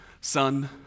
son